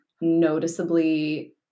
noticeably